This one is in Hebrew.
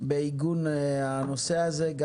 בעיגון הנושא הזה,